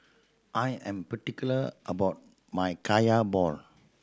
I am particular about my Kaya ball